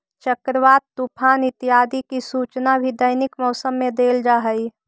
चक्रवात, तूफान इत्यादि की सूचना भी दैनिक मौसम में देल जा हई